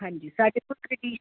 ਹਾਂਜੀ ਸਾਡੇ ਕੋਲ